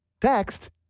text